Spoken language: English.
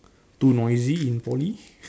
too noisy in poly